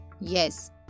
Yes